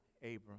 Abram